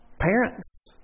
Parents